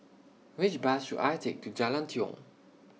Which Bus should I Take to Jalan Tiong